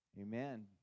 Amen